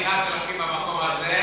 אתה אומר: אין יראת אלוקים במקום הזה,